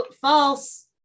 false